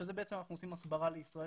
שזה בעצם אנחנו עושים הסברה לישראל